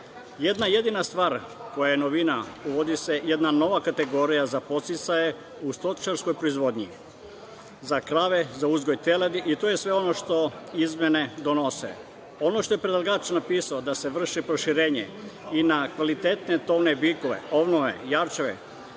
jedina stvar koja je novina, uvodi se jedna nova kategorija za podsticaje u stočarskoj proizvodnji za krave, za uzgoj teladi i to je sve ono što izmene donose. Ono što je predlagač napisao da se vrši proširenje i na kvalitetne tovne bikove, ovnove, jarčeve,